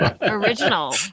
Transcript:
original